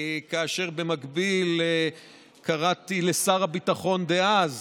ובמקביל קראתי לשר הביטחון דאז